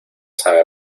sabe